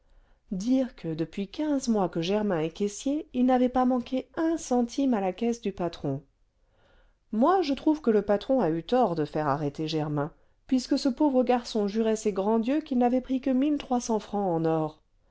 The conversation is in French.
dire que depuis quinze mois que germain est caissier il n'avait pas manqué un centime à la caisse du patron moi je trouve que le patron a eu tort de faire arrêter germain puisque ce pauvre garçon jurait ses grands dieux qu'il n'avait pris que mille trois cents francs en or